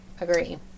Agree